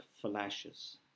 flashes